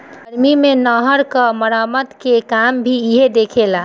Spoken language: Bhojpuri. गर्मी मे नहर क मरम्मत के काम भी इहे देखेला